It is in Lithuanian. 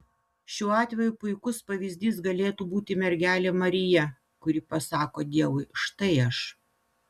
šiuo atveju puikus pavyzdys galėtų būti mergelė marija kuri pasako dievui štai aš